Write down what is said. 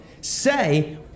say